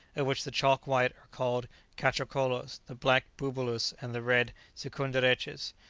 of which the chalk-white are called catchokolos, the black bubulus, and the red sikunderetches.